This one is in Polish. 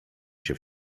się